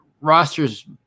rosters